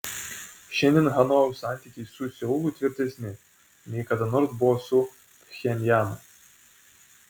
šiandien hanojaus santykiai su seulu tvirtesni nei kada nors buvo su pchenjanu